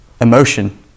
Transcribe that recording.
emotion